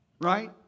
Right